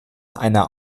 einer